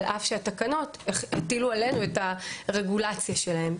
על אף שהתקנות הטילו עלינו את הרגולציה שלהם.